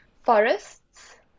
forests